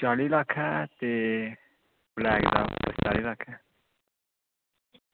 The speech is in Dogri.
ब्हाईट दा चाली लक्ख ऐ ते ब्लैक दा चरताली लक्ख ऐ